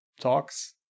talks